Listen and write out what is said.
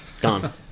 done